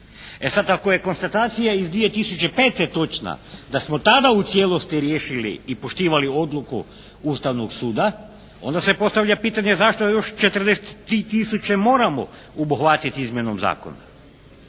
E sada ako je konstatacija iz 2005. točna da smo tada u cijelosti riješili i poštivali odluku Ustavnog suda onda se postavlja pitanje zašto je 43 tisuće moramo obuhvatiti izmjenom zakona.